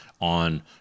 on